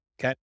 Okay